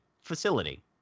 facility